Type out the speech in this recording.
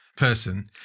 person